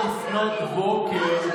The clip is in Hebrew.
אז נשב כאן יחד ונשנה את התקנון,